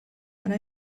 had